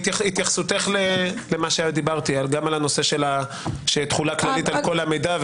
התייחסותך למה שדיברתי גם על הנושא של תחולה כללית על כל המידע,